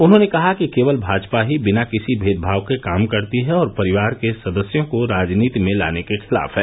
उन्होंने कहा कि केवल भाजपा ही बिना किसी भेदभाव के काम करती है और परिवार के सदस्यों को राजनीति में लाने के खिलाफ है